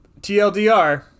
TLDR